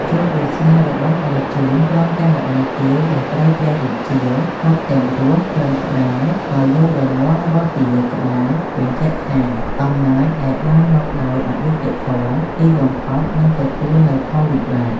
ជោគវាសនារបស់អរជូន ព្រមទាំងម្តាយទាវ ដែលត្រូវព្រះរាជាកប់ទាំងរស់ត្រឹមក្បាល ហើយយករនាស់រាស់ពីលើក្បាល បញ្ជាក់ថា អំណាចដែលបានមកដោយអយុត្តិធម៌ ទីបំផុតនឹងទទួលនូវផលវិបាក។